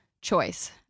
choice